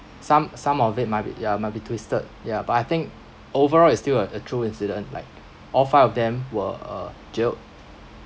some some of it might be ya might be twisted yeah but I think overall it still a a true incident like all five of them were uh jailed